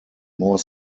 more